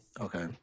okay